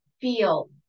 feel